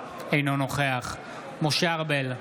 אינו נוכח משה ארבל,